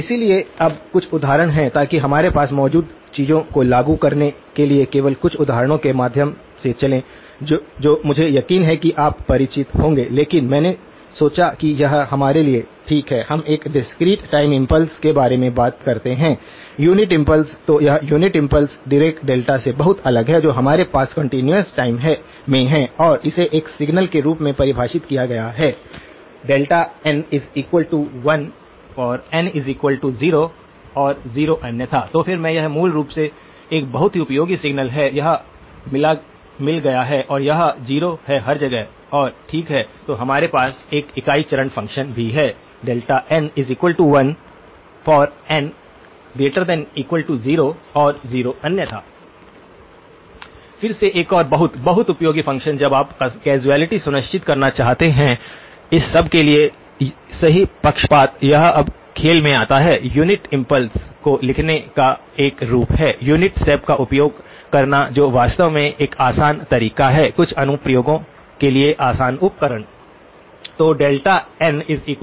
इसलिए अब कुछ उदाहरण हैं ताकि हमारे पास मौजूद चीजों को लागू करने के लिए केवल कुछ उदाहरणों के माध्यम से चलें जो मुझे यकीन है कि आप परिचित होंगे लेकिन मैंने सोचा कि यह हमारे लिए ठीक है हम एक डिस्क्रीट टाइम इम्पल्स के बारे में बात करते हैं यूनिट इम्पल्स तो यह यूनिट इम्पल्स डीरेक डेल्टा से बहुत अलग है जो हमारे पास कंटीन्यूअस टाइम में है और इसे एक सिग्नल के रूप में परिभाषित किया गया है δn1 n0 0 अन्यथा तो फिर से यह मूल रूप से एक बहुत ही उपयोगी सिग्नल है यह मिल गया है और यह 0 है हर जगह और ठीक है तो हमारे पास एक इकाई चरण फ़ंक्शन भी है δn1 n≥0 0 अन्यथा फिर से एक और बहुत बहुत उपयोगी फ़ंक्शन जब आप कौसालिटी सुनिश्चित करना चाहते हैं इस सब के लिए सही पक्षपात यह अब खेल में आता है यूनिट इम्पल्स को लिखने का एक रूप है यूनिट स्टेप का उपयोग करना जो वास्तव में एक आसान तरीका है कुछ अनुप्रयोगों के लिए आसान उपकरण